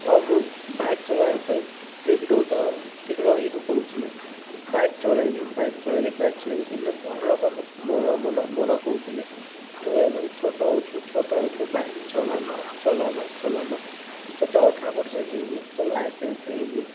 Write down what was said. ଓ ମୁଁ ବାଇକ୍ ଚଲାଇବା ପାଇଁ ଏଇ ବି କରୁଥିଲି ବାଇକ୍ ଚଳାଇବି ବାଇକ୍ ଚଳାଇବି ବାଇକ୍ ଚଳାଇବି କିନ୍ତୁ ଘରଲୋକ ମତେ ମନା ମନା ମନା କରୁଥିଲେ ତୁ ଏବେ ଛୋଟ ଅଛୁ ଛୋଟ ଅଛୁ ବାଇକ୍ ଚଲାନା ଚଲାନା ଚଲାନା ତୋତେ ଅଠର ବର୍ଷ ହେଇନି ତୋ ଲାଇସେନ୍ସ ହେଇନି